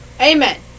Amen